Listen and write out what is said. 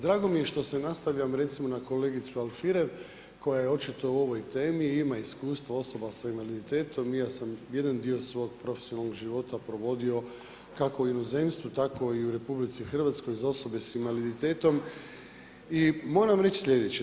Drago mi je što se nastavljam recimo, na kolegicu Alfirev koja je očito o ovoj temi i ima iskustva osoba sa invaliditetom, ja sam jedan dio svog profesionalnog života provodio kako u inozemstvu, tako i u RH za osobe s invaliditetom i moram reći slijedeće.